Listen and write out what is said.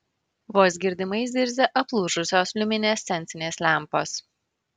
vos girdimai zirzia aplūžusios liuminescencinės lempos